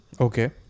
Okay